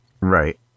Right